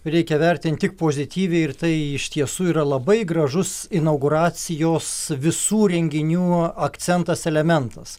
reikia vertint tik pozityviai ir tai iš tiesų yra labai gražus inauguracijos visų renginių akcentas elementas